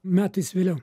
metais vėliau